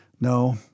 No